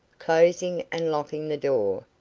closing and locking the door,